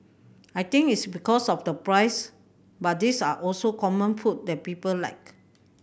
I think it's because of the price but these are also common food that people like